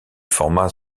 formats